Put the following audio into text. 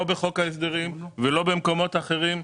לא בחוק ההסדרים ולא במקומות אחרים,